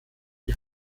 die